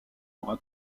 aura